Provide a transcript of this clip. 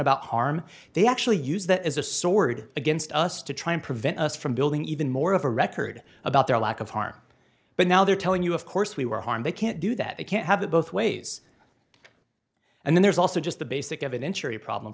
about harm they actually use that as a sword against us to try and prevent us from building even more of a record about their lack of harm but now they're telling you of course we were harmed they can't do that they can't have it both ways and there's also just the basic evidentiary problem